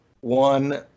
one